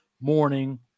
morning